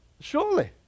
Surely